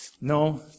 No